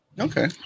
Okay